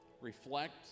reflect